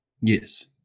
Yes